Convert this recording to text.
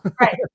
Right